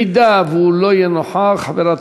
אם הוא לא יהיה נוכח, חברת